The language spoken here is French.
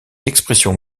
expressions